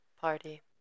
party